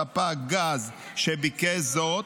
ספק גז שביקש זאת,